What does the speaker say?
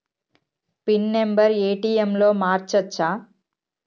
Pin number ATM లో మార్చచ్చా?